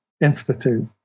Institute